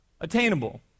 attainable